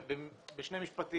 בשני משפטים.